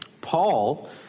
paul